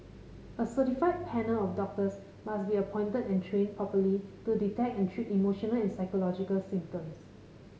a certified panel of doctors must be appointed and trained properly to detect and treat emotional and psychological symptoms